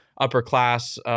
upper-class